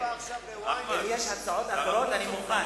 אם יש הצעות אחרות, אני מוכן.